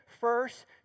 first